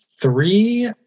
three